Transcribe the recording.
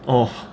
oh